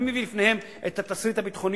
מי מביא לפניהם את התסריט הביטחוני,